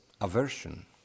aversion